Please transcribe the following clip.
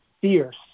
fierce